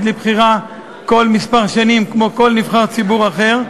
לבחירה כל כמה שנים כמו כל נבחר ציבור אחר,